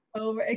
over